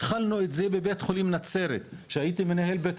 התחלנו את הפיילוט בבית החולים בנצרת שהייתי מנהל בית